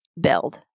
build